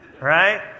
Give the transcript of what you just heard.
right